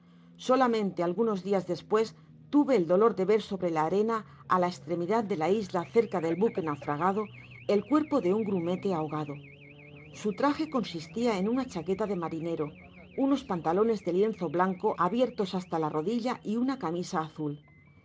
solamente algutíos dias despues tuve el dolor de ver sobre la arena á la estremidad de la isla cerca del buque naafragado el cuerpo de un grumete ahogado su trage consistia en una chaqueta de marinero unos pantalones de lienzo blanco abiertos hasta la rodilla y una camisa azul me